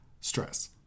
stress